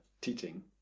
teaching